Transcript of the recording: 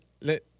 let